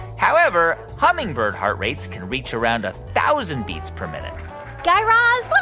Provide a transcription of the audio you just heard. however, hummingbird heart rates can reach around a thousand beats per minute guy raz, but